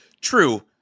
true